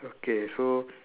okay so